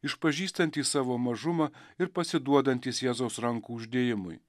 išpažįstantys savo mažumą ir pasiduodantys jėzaus rankų uždėjimui